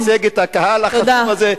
אתה מייצג את הקהל החשוב הזה,